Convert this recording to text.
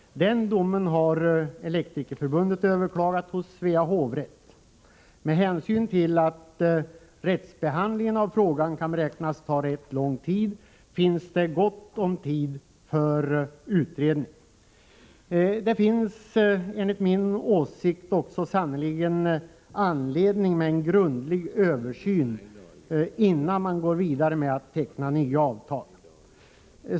Den domen har Elektrikerförbundet överklagat till Svea hovrätt. Med hänsyn till att rättsbehandlingen av frågan kan beräknas ta ganska lång tid finns det gott om tid för utredning. Det finns enligt min åsikt också sannerligen anledning till en grundlig översyn innan man går vidare med att teckna nya avtal.